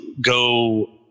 go